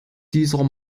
dieser